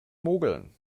mogeln